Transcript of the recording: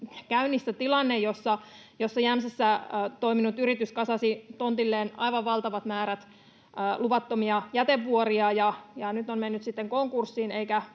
käynnissä tilanne, jossa Jämsässä toiminut yritys kasasi tontilleen aivan valtavat määrät luvattomia jätevuoria ja nyt on mennyt sitten konkurssiin